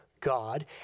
God